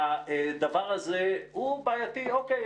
הדבר הזה הוא בעייתי אוקיי,